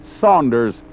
Saunders